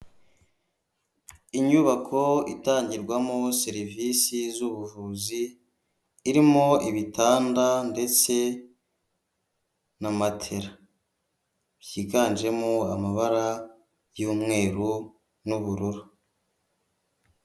Inyubako itangirwamo serivisi zubuvuzi irimo ibitanda ndetse na matera, byiganjemo amabara y'umweru n'ubururu.